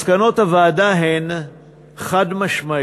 מסקנות הוועדה הן חד-משמעיות: